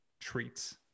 treats